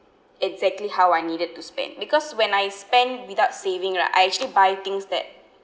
exactly how I needed to spend because when I spend without saving right I actually buy things that